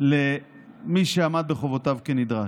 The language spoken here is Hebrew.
למי שעמד בחובותיו כנדרש.